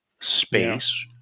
space